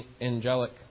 angelic